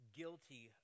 guilty